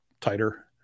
tighter